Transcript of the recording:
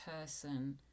person